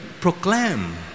proclaim